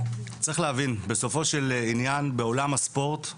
בעולם הספורט,